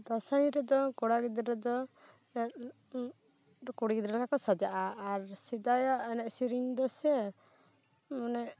ᱫᱟᱥᱟᱭ ᱨᱮᱫᱚ ᱠᱚᱲᱟ ᱜᱤᱫᱽᱨᱟᱹ ᱫᱚ ᱠᱩᱲᱤ ᱜᱤᱫᱽᱨᱟᱹ ᱞᱮᱠᱟ ᱠᱚ ᱥᱟᱡᱟᱜᱼᱟ ᱟᱨ ᱥᱮᱫᱟᱭᱟᱜ ᱮᱱᱮᱡ ᱥᱮᱨᱮᱧ ᱫᱚᱥᱮ ᱚᱱᱮ